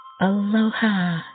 Aloha